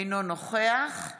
אינה נוכחת